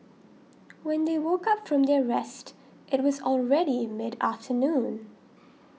when they woke up from their rest it was already in mid afternoon